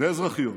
ואזרחיות